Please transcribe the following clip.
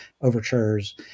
overtures